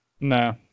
Nah